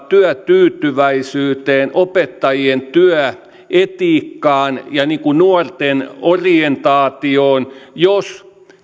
työtyytyväisyyteen opettajien työetiikkaan ja nuorten orientaatioon jos